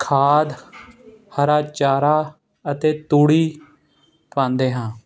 ਖਾਦ ਹਰਾ ਚਾਰਾ ਅਤੇ ਤੂੜੀ ਪਾਉਂਦੇ ਹਾਂ